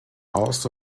also